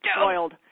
spoiled